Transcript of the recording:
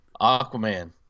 aquaman